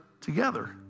together